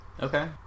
Okay